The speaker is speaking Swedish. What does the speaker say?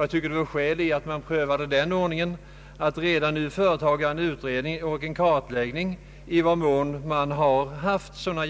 Jag tycker att det vore skäl i att man prövade den ordningen att redan nu företaga en utredning och en kartläggning i vad mån sådana